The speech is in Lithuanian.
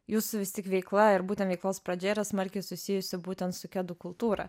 jūsų vis tik veikla ir būtent veiklos pradžia yra smarkiai susijusi būtent su kedų kultūra